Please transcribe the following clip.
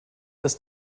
dass